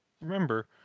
remember